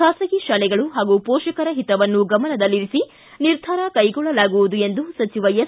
ಖಾಸಗಿ ಶಾಲೆಗಳು ಹಾಗೂ ಪೋಷಕರ ಹಿತವನ್ನು ಗಮನದಲ್ಲಿರಿಸಿ ನಿರ್ಧಾರ ಕೈಗೊಳ್ಳಲಾಗುವುದು ಎಂದು ಸಚಿವ ಎಸ್